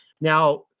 Now